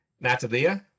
Natalia